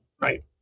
right